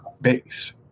base